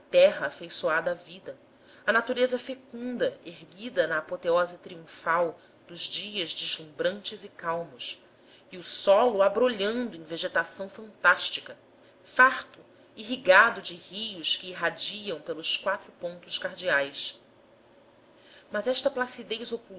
afeiçoada à vida a natureza fecunda erguida na apoteose triunfal dos dias deslumbrantes e calmos e o solo abrolhando em vegetação fantástica farto irrigado de rios que irradiam pelos quatro pontos cardeais mas esta placidez